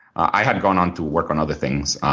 i had gone on to work on other things,